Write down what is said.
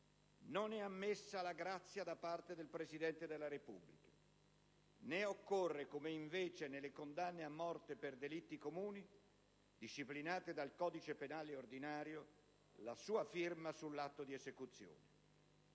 non è ammessa la grazia da parte del Presidente della Repubblica né occorre, come invece nelle condanne a morte per delitti comuni disciplinate dal codice penale ordinario, la sua firma sull'atto di esecuzione.